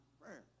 prayer